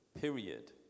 period